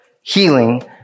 healing